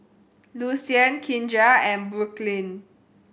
Lucian Kindra and Brooklynn